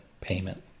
payment